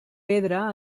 pedra